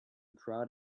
crowd